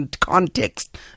context